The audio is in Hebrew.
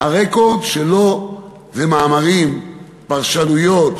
הרקורד שלו זה מאמרים, פרשנויות.